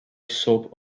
soap